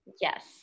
Yes